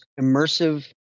immersive